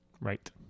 Right